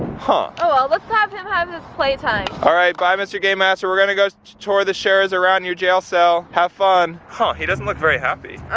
huh. oh well, let's have him have his play time. alright, bye mr. game master, we're gonna go tour the sharers around your jail cell. have fun. huh, he doesn't look very happy. ah,